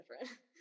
different